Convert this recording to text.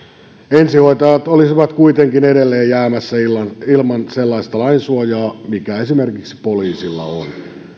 ensihoitajat olisivat kuitenkin edelleen jäämässä ilman ilman sellaista lainsuojaa mikä esimerkiksi poliisilla on